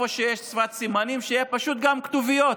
היכן שיש שפת סימנים, שיהיו גם כתוביות.